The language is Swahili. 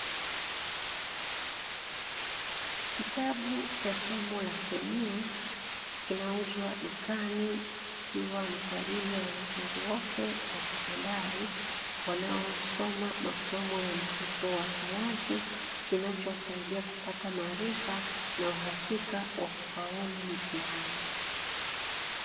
Kitabu cha somo la somo la kemia, kinauzwa dukani ikiwa na kwa ajili ya wanafunzi wote wa sekondari wanaosoma masomo ya mchepuo wa sayansi, kinachowasaidia kupata maarifa na uhakika wa kufaulu mitihani.